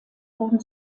wurden